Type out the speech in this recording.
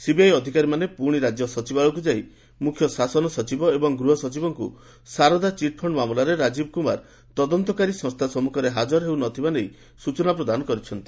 CBI ଅଧିକାରୀମାନେ ପୁଣି ରାଜ୍ୟ ସଚିବାଳୟକୁ ଯାଇ ମୁଖ୍ୟ ଶାସନ ସଚିବ ଏବଂ ଗୃହ ସଚିବଙ୍କୁ ସାରଦା ଚିଟ୍ଫଣ୍ଡ ମାମଲାରେ ରାଜୀବ କୁମାର ତଦନ୍ତକାରୀ ସଂସ୍ଥା ସମ୍ମୁଖରେ ହାଜର ହେଉନଥିବା ନେଇ ସୂଚନା ପ୍ରଦାନ କରିଥିଲେ